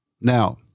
Now